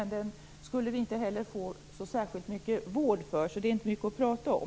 Men den skulle vi heller inte få så särskilt mycket vård för, så det är inte mycket att prata om.